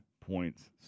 points